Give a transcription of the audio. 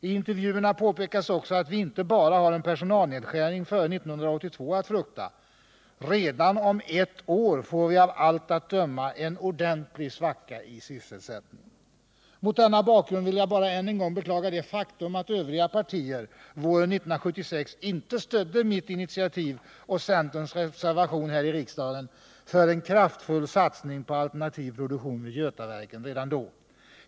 I intervjuerna påpekas också att vi inte bara har en personalnedskärning före 1982 att frukta; redan om ett år får vi av allt att döma en ordentlig svacka i sysselsättningen.” Mot denna bakgrund vill jag bara än en gång beklaga det faktum att övriga partier våren 1976 inte stödde mitt initiativ och centerpartiets reservation för en kraftfull satsning på alternativ produktion vid Götaverken redan då.